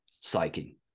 psyching